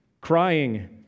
Crying